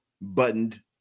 buttoned